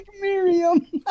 Miriam